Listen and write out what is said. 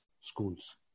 schools